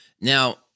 Now